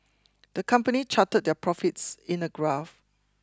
the company charted their profits in a graph